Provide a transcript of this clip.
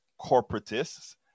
corporatists